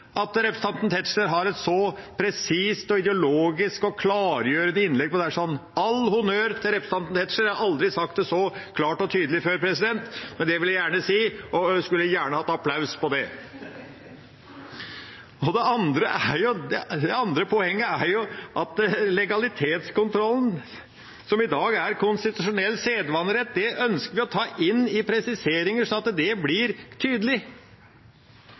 at representanten Tetzschner har et så presist, ideologisk og klargjørende innlegg om dette. All honnør til representanten Tetzschner! Jeg har aldri sagt det så klart og tydelig før, men det vil jeg gjerne si, og skulle gjerne hatt applaus på det! Det andre poenget er at legalitetskontrollen, som i dag er konstitusjonell sedvanerett, ønsker vi å ta inn i presiseringer, slik at det blir tydelig.